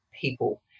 people